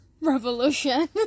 revolution